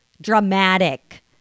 dramatic